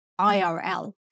IRL